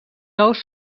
ous